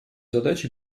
задачи